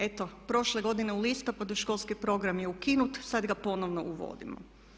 Eto prošle godine u listopadu školski program je ukinut, sad ga ponovno uvodimo.